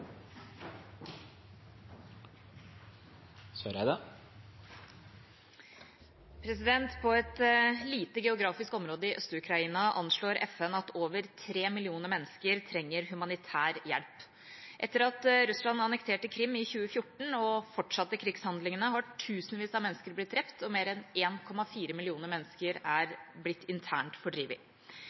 På et lite geografisk område i Øst-Ukraina anslår FN at over tre millioner mennesker trenger humanitær hjelp. Etter at Russland annekterte Krim i 2014 og fortsatte krigshandlingene, har tusenvis av mennesker blitt drept og mer enn 1,4 millioner mennesker er blitt internt fordrevet.